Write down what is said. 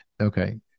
Okay